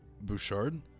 Bouchard